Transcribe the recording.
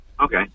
Okay